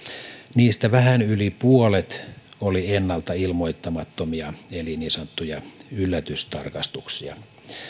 niistä vähän yli puolet oli ennalta ilmoittamattomia eli niin sanottuja yllätystarkastuksia